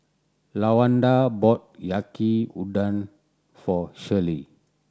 Lawanda bought Yaki Udon for Shirlie